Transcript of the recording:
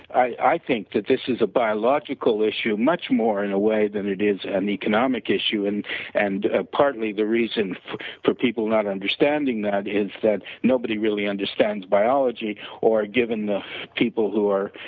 i think that this is a biological issue much more in a way than it is an economic issue, and and ah partly the reason for people not understanding that is that nobody really understands biology or given the people who are